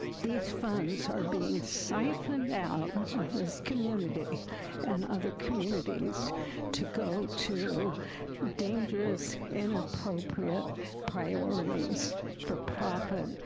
these funds are being siphoned out of this community and other communities to go to dangerous inappropriate priorities for profit,